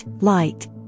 light